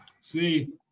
see